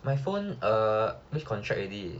my phone uh reach contract already